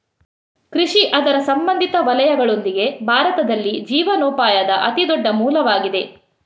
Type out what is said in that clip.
ಕೃಷಿ ಅದರ ಸಂಬಂಧಿತ ವಲಯಗಳೊಂದಿಗೆ, ಭಾರತದಲ್ಲಿ ಜೀವನೋಪಾಯದ ಅತಿ ದೊಡ್ಡ ಮೂಲವಾಗಿದೆ